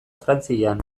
frantzian